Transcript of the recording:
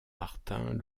martin